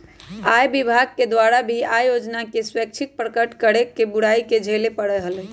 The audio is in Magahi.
आय विभाग के द्वारा भी आय योजना के स्वैच्छिक प्रकट करे के बुराई के झेले पड़ा हलय